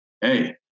hey